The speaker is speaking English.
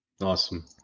Awesome